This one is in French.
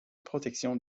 protection